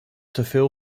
teveel